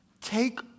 take